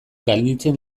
gainditzen